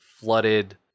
flooded